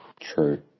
True